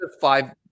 five